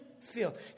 filled